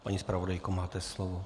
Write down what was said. Paní zpravodajko, máte slovo.